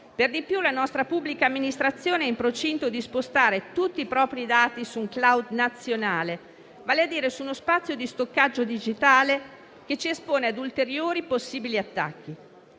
Per di più la nostra pubblica amministrazione è in procinto di spostare tutti i propri dati su un *cloud* nazionale, vale a dire su uno spazio di stoccaggio digitale che ci espone ad ulteriori, possibili attacchi.